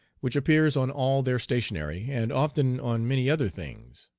which appears on all their stationery, and often on many other things.